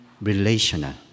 relational